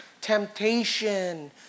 temptation